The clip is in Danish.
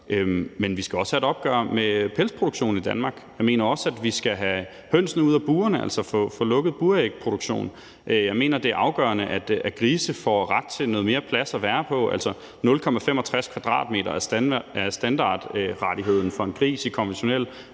Men vi skal også have et opgør med pelsproduktion i Danmark. Jeg mener også, at vi skal have hønsene ud af burene, altså få lukket burægproduktion. Jeg mener, det er afgørende, at grise får ret til noget mere plads at være på – altså, 0,65 m² er standardrettigheden for en gris i konventionel